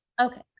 Okay